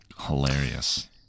Hilarious